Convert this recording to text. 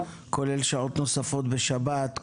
כולל שעות נוספות בשבת,